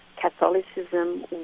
Catholicism